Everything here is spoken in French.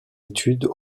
études